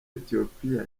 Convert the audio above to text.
ethiopia